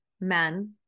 men